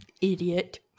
Idiot